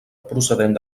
procedent